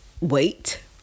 wait